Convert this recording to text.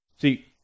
See